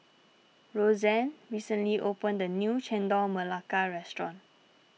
Roseann recently opened a new Chendol Melaka restaurant